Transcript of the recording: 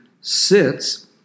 sits